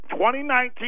2019